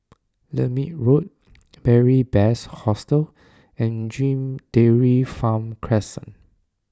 Lermit Road Beary Best Hostel and Dairy Farm Crescent